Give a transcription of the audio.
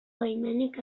baimenik